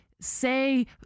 say